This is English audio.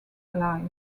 life